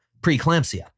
Preeclampsia